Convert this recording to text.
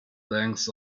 length